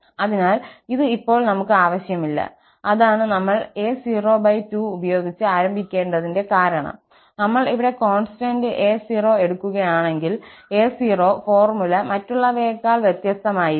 അതിനാൽ ഇത് ഇപ്പോൾ നമുക് ആവശ്യമില്ല അതാണ് നമ്മൾ a02 ഉപയോഗിച്ച് ആരംഭിക്കേണ്ടതിന്റെ കാരണം നമ്മൾ ഇവിടെ കോൺസ്റ്റന്റ് a0 എടുക്കുകയാണെങ്കിൽ a0 ഫോർമുല മറ്റുള്ളവയേക്കാൾ വ്യത്യസ്തമായിരിക്കും